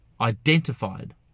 identified